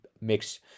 mix